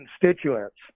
constituents